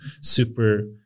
super